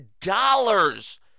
dollars